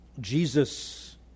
Jesus